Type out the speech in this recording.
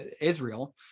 Israel